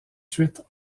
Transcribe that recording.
suite